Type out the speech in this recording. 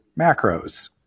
macros